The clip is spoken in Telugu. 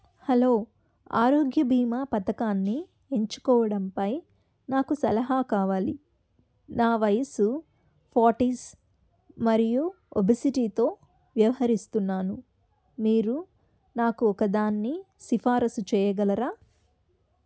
హలో ఆరోగ్య బీమా పథకాన్ని ఎంచుకోవడంపై నాకు సలహా కావాలి నా వయస్సు ఫార్టీస్ మరియు ఒబేసిటీతో వ్యవహరిస్తున్నాను మీరు నాకు ఒకదాన్ని సిఫారసు చేయగలరా